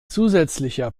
zusätzlicher